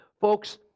Folks